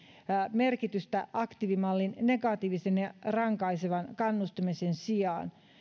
merkitystä aktiivimallin negatiivisen ja rankaisevan kannustamisen sijaan